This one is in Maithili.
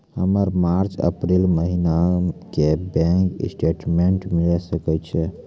हमर मार्च अप्रैल महीना के बैंक स्टेटमेंट मिले सकय छै?